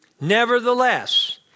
Nevertheless